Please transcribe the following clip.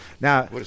Now